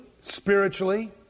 spiritually